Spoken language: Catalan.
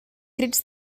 crits